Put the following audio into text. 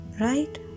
right